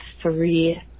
three